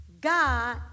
God